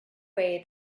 way